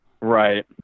Right